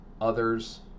others